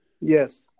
yes